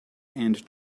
and